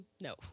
No